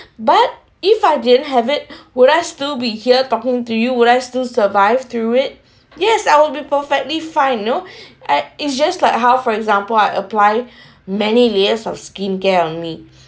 but if I didn't have it would I still be here talking to you would I still survive through it yes I will be perfectly fine you know at it's just like how for example I apply many layers of skincare on me